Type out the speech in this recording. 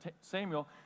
Samuel